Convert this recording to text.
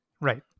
right